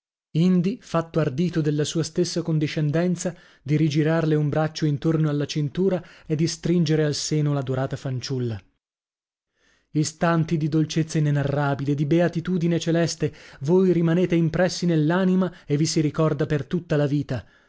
indi fatto ardito dalla sua stessa condiscendenza di rigirarle un braccio intorno alla cintura e di stringere al seno l'adorata fanciulla istanti di dolcezza inenarrabile di beatitudine celeste voi rimanete impressi nell'anima e vi si ricorda per tutta la vita